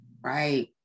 Right